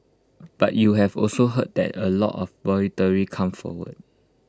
but you've also heard that A lot of voluntary come forward